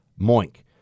Moink